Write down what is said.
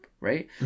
right